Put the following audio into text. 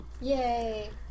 Yay